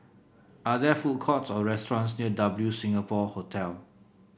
are there food courts or restaurants near W Singapore Hotel